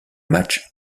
matchs